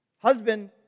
Husband